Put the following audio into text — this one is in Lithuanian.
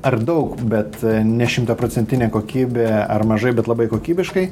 ar daug bet ne šimtaprocentinė kokybė ar mažai bet labai kokybiškai